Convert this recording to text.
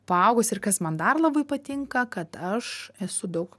paaugusi ir kas man dar labai patinka kad aš esu daug